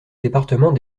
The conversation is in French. département